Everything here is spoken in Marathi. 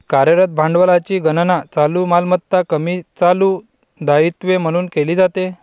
कार्यरत भांडवलाची गणना चालू मालमत्ता कमी चालू दायित्वे म्हणून केली जाते